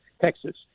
Texas